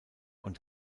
und